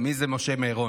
מי זה משה מירון?